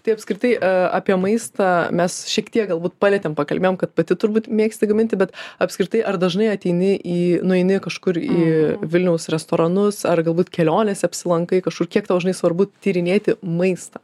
tai apskritai a apie maistą mes šiek tiek galbūt palietėm pakalbėjom kad pati turbūt mėgsti gaminti bet apskritai ar dažnai ateini į nueini kažkur į vilniaus restoranus ar galbūt kelionėse apsilankai kažkur kiek tau žinai svarbu tyrinėti maistą